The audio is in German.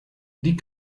die